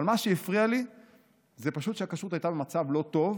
אבל מה שהפריע לי זה פשוט שהכשרות הייתה במצב לא טוב,